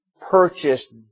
purchased